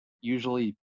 usually